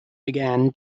began